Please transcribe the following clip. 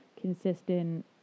consistent